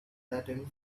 flattened